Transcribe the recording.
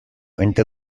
enter